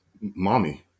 Mommy